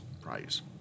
prize